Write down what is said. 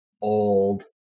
old